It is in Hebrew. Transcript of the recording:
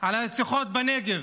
על הרציחות בנגב.